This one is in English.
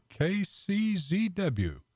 KCZW